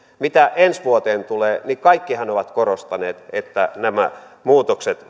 mitä ensi vuoteen tulee niin kaikkihan ovat korostaneet että nämä muutokset